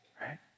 right